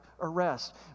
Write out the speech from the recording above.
arrest